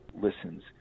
listens